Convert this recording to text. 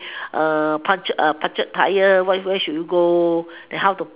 uh punctured punctured tyre where should you go and how to